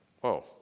Whoa